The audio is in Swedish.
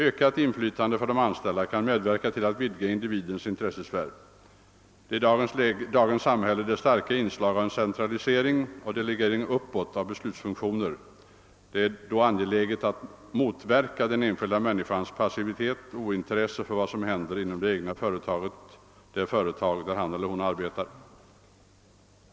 Ökat inflytande för de anställda kan medverka till att vidga individens intressesfär. Det är i dagens samhälle med starka inslag av centralisering och delegering uppåt av beslutsfunktioner angeläget att motverka den enskilda människans passivitet och ointresse för vad som händer inom det »egna företaget» — det företag där han eller hon arbetar.